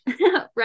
right